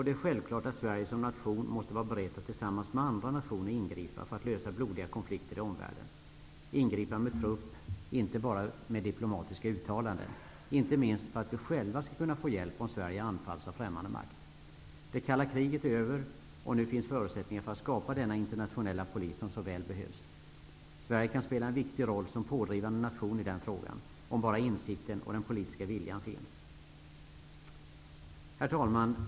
Det är självklart att Sverige som nation måste vara berett att tillsammans med andra nationer ingripa för att lösa blodiga konflikter i omvärlden -- ingripa med trupp, inte bara med diplomatiska uttalanden, inte minst för att vi själva skall kunna få hjälp om Sverige anfalls av främmande makt. Det kalla kriget är över, och nu finns det förutsättningar för att skapa denna internationella polis som så väl behövs. Sverige kan spela en viktig roll som pådrivande nation i denna fråga om bara insikten och den politiska viljan finns. Herr talman!